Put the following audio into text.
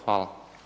Hvala.